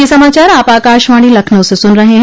ब्रे क यह समाचार आप आकाशवाणी लखनऊ से सुन रहे हैं